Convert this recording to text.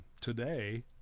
today